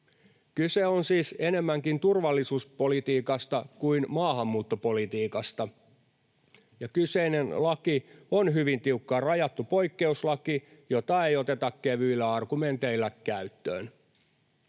Kyse on siis enemmänkin turvallisuuspolitiikasta kuin maahanmuuttopolitiikasta, ja kyseinen laki on hyvin tiukkaan rajattu poikkeuslaki, jota ei oteta kevyillä argumenteilla käyttöön.